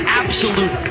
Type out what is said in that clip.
absolute